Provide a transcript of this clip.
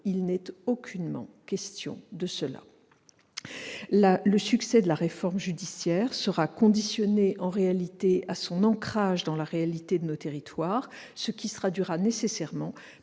il n'est aucunement question de cela. Le succès de la réforme judiciaire sera conditionné à son ancrage dans la réalité de nos territoires, ce qui se traduira nécessairement